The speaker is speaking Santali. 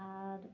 ᱟᱨ